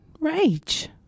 Rage